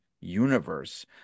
universe